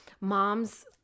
moms